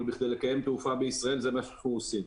אבל בכדי לקיים תעופה בישראל זה מה שאנחנו עושים.